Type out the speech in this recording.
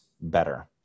better